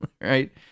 right